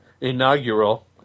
inaugural